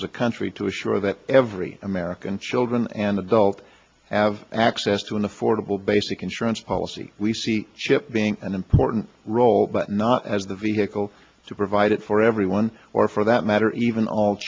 as a country to assure that every american children and adult have access to an affordable basic insurance policy we see ship being an important role but not as the vehicle to provide it for everyone or for that matter even all